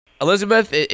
Elizabeth